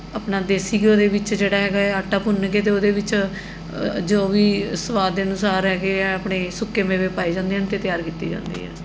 ਆਪਣਾ ਦੇਸੀ ਘਿਓ ਦੇ ਵਿੱਚ ਜਿਹੜਾ ਹੈਗਾ ਆਟਾ ਭੁੰਨ ਕੇ ਅਤੇ ਉਹਦੇ ਵਿੱਚ ਜੋ ਵੀ ਸਵਾਦ ਦੇ ਅਨੁਸਾਰ ਹੈਗੇ ਹੈ ਆਪਣੇ ਸੁੱਕੇ ਮੇਵੇ ਪਾਏ ਜਾਂਦੇ ਹਨ ਅਤੇ ਤਿਆਰ ਕੀਤੇ ਜਾਂਦੀ ਹੈ